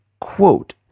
quote